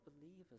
believers